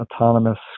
autonomous